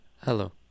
Hello